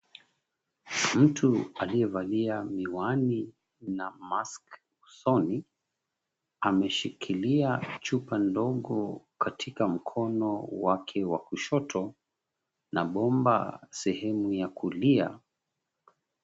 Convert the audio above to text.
Mtu aliyevalia miwani na mask usoni, ameshikilia chupa ndogo katika mkono wake wa kushoto na bomba sehemu ya kulia.